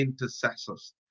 intercessors